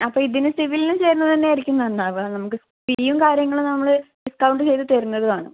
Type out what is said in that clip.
അപ്പോൾ ഇതിന് സിവിൽനും ചേരുന്നതന്നെയായിരിക്കും നന്നാവുക നമുക്ക് ഫീയും കാര്യങ്ങളും നമ്മൾ ഡിസ്കൗണ്ട് ചെയ്ത് തരുന്നതുവാണ്